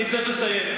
אני צריך לסיים.